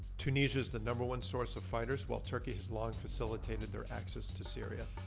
tunisia is the number one source of fighters, while turkey has long facilitated their access to syria.